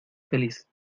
feliz